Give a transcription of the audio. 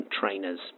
trainers